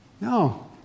No